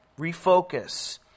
refocus